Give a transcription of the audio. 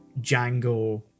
Django